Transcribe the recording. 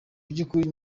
by’ukuri